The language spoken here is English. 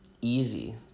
easy